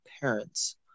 parents